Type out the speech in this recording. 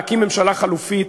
להקים ממשלה חלופית.